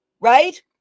right